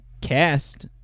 cast